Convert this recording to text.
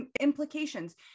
implications